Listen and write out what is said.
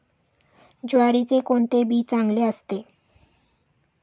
ज्वारीचे कोणते बी चांगले असते?